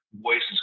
voices